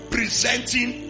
Presenting